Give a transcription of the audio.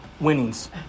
winnings